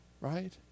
Right